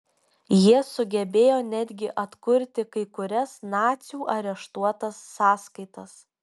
jie sugebėjo netgi atkurti kai kurias nacių areštuotas sąskaitas